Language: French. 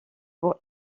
pour